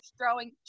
throwing